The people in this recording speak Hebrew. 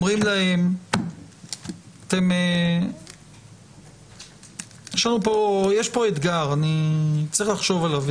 יש פה אתגר, צריך לחשוב עליו.